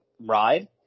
ride